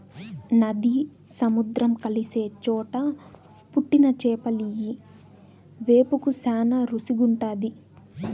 నది, సముద్రం కలిసే చోట పుట్టిన చేపలియ్యి వేపుకు శానా రుసిగుంటాది